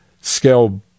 scale